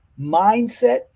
mindset